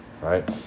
Right